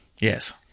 Yes